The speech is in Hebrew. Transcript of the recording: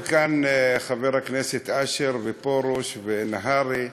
יושבים כאן חברי הכנסת אשר ופרוש ונהרי.